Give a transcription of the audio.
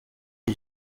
iki